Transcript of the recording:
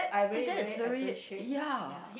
but that is very ya